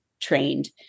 trained